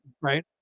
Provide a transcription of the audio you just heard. right